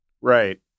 Right